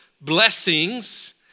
blessings